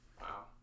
wow